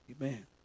Amen